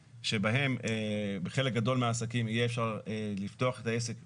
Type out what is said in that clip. שבהם בחלק גדול מהעסקים יהיה אפשר לפתוח את העסק מיד.